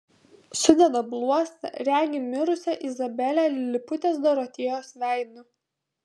sudeda bluostą regi mirusią izabelę liliputės dorotėjos veidu